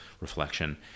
reflection